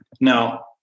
Now